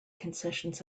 concessions